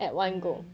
mm